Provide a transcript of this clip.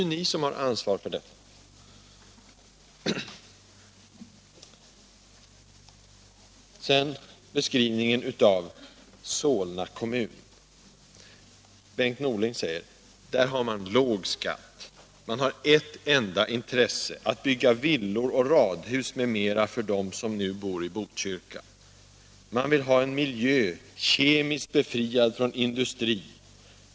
Sedan vill jag ta upp Bengt Norlings beskrivning av Solna kommun. Han säger: I Solna kommun har man låg skatt. Man har ett enda intresse: att bygga villor och radhus m.m. för dem som nu bor i Botkyrka. Man vill ha en miljö som är kemiskt fri från industri.